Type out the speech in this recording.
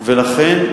לכן,